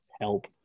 help